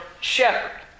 shepherd